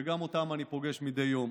וגם אותם אני פוגש מדי יום.